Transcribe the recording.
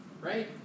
Right